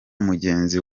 mugenzi